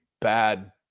bad